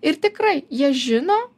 ir tikrai jie žino